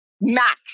max